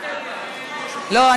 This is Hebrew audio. לא,